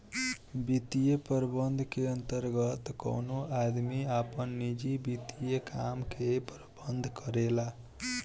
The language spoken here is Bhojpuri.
वित्तीय प्रबंधन के अंतर्गत कवनो आदमी आपन निजी वित्तीय काम के प्रबंधन करेला